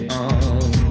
on